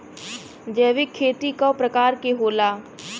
जैविक खेती कव प्रकार के होला?